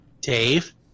Dave